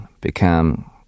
become